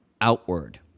outward